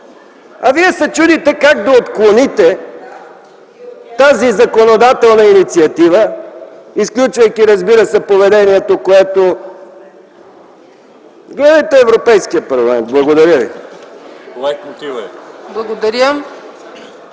Вие се чудите как да отклоните тази законодателна инициатива, изключвайки, разбира се, поведението, което... Гледайте Европейския парламент. Благодаря ви.